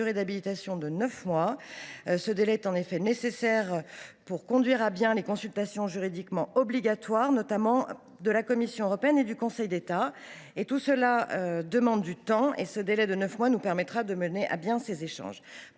d’habilitation de neuf mois. Ce délai est en effet nécessaire pour mener à bien les consultations juridiquement obligatoires, notamment celles de la Commission européenne et du Conseil d’État. Tout cela demande du temps et un tel délai nous permettra de mener à bien ces échanges.